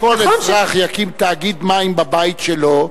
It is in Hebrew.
שכל אזרח יקים תאגיד מים בבית שלו,